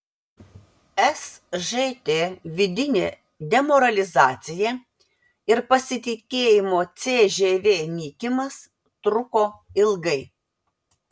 sžt vidinė demoralizacija ir pasitikėjimo cžv nykimas truko ilgai